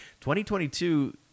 2022